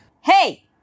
Hey